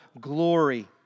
glory